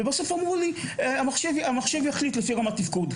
ובסוף אמרו לה שהמחשב יחליט לפי רמת תפקוד.